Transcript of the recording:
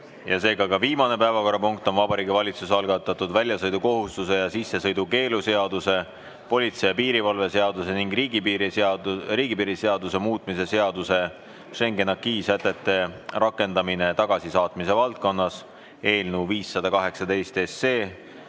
ja seega ka viimane päevakorrapunkt on Vabariigi Valitsuse algatatud väljasõidukohustuse ja sissesõidukeelu seaduse, politsei ja piirivalve seaduse ning riigipiiri seaduse muutmise seaduse (Schengeniacquis’ sätete rakendamine tagasisaatmise valdkonnas) [eelnõu] 518